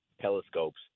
telescopes